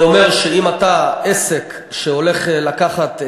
זה אומר שאם אתה עסק שהולך לקחת,